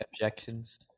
objections